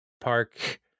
park